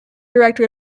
director